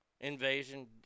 invasion